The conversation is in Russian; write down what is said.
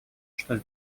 что